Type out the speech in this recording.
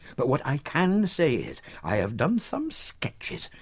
but what i can say is, i've done some sketches,